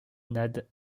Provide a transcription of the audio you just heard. nad